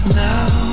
now